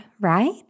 right